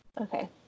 okay